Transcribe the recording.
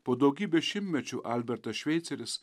po daugybės šimtmečių albertas šveiceris